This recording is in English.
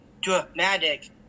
dramatic